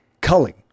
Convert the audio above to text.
Culling